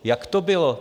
Jak to bylo?